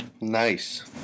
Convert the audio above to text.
nice